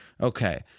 Okay